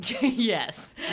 Yes